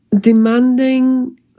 demanding